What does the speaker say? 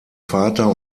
vater